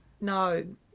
No